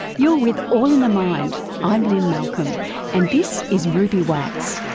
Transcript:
you're with all in the mind, i'm lynne malcolm and this is ruby wax.